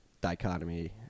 dichotomy